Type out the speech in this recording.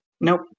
Nope